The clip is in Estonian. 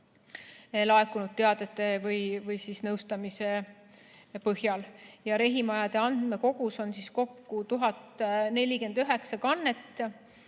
laekunud teadete või nõustamise põhjal. Rehimajade andmekogus on kokku 1049 kannet,